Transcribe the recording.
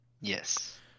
Yes